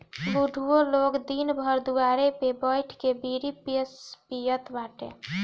बुढ़ऊ लोग दिन भर दुआरे पे बइठ के बीड़ी बस पियत बाटे